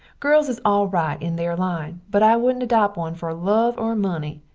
girls is al-rite in there line but i woodnt adop one fer love or money.